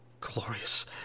glorious